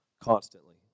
Constantly